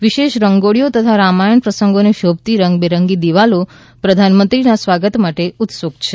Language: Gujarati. વિશેષ રંગોળીઓ તથા રામાયણ પ્રસંગોથી શોભતી રંગ બેરંગી દિવાલો પ્રધાનમંત્રીના સ્વાગત માટે ઉત્સુક છે